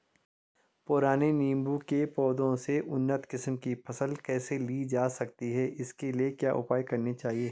पुराने नीबूं के पौधें से उन्नत किस्म की फसल कैसे लीटर जा सकती है इसके लिए क्या उपाय करने चाहिए?